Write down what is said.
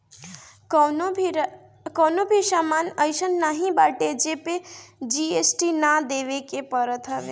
कवनो भी सामान अइसन नाइ बाटे जेपे जी.एस.टी ना देवे के पड़त हवे